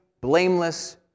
blameless